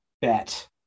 bet